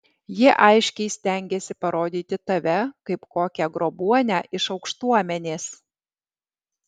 jie aiškiai stengiasi parodyti tave kaip kokią grobuonę iš aukštuomenės